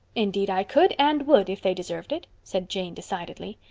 indeed, i could and would, if they deserved it, said jane decidedly.